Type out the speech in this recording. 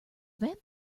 vamp